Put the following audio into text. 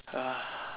uh